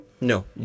No